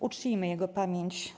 Uczcijmy jego pamięć